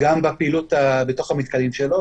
גם בפעילות בתוך המתקנים שלו.